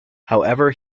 however